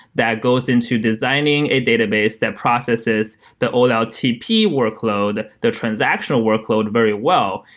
that goes into designing a database that processes the oltp workload, the transactional workload very well,